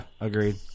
Agreed